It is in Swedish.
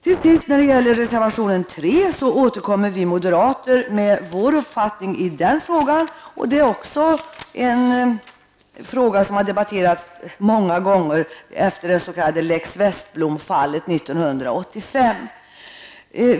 I reservation 3 återkommer vi moderater med vår uppfattning i frågan om försäkringsskydd för idrottsutövare. Det är också en fråga som har debatterats många gånger efter det s.k. lex Westblom-fallet 1985.